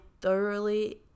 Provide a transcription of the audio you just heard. thoroughly